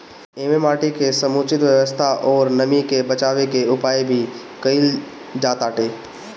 एमे माटी के समुचित व्यवस्था अउरी नमी के बाचावे के उपाय भी कईल जाताटे